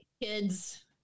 kids